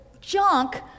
junk